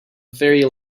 very